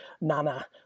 Nana